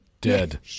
dead